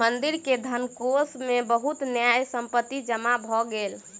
मंदिर के धनकोष मे बहुत न्यास संपत्ति जमा भ गेल